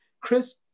Chris